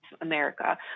America